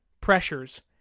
pressures